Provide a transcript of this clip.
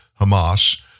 Hamas